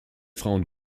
frauen